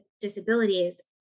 disabilities